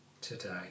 today